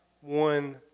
one